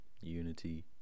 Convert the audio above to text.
Unity